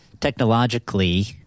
technologically